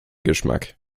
geschmack